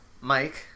Mike